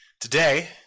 Today